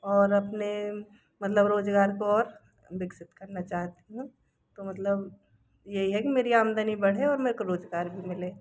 और अपने मतलब रोजगार को और विकसित करना चाहती हूँ तो मतलब यही है कि मेरी आमदनी बढ़े और मेरे को रोजगार भी मिले